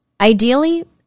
Ideally